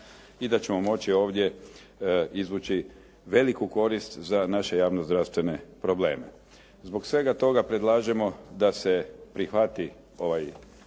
i da ćemo moći ovdje izvući veliku korist za naše javno-zdravstvene probleme. Zbog svega toga predlažemo da se prihvati ovaj